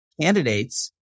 candidates